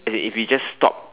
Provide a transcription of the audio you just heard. as in if we just stop